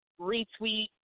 retweet